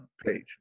page